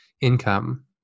income